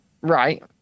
Right